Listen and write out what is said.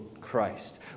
Christ